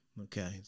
Okay